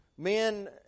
Men